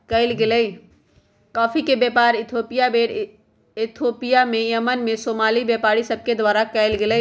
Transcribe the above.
coffee के व्यापार पहिल बेर इथोपिया से यमन में सोमाली व्यापारि सभके द्वारा कयल गेलइ